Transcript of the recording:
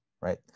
right